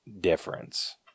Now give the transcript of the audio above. difference